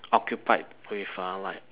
occupied with uh like